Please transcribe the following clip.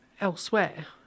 elsewhere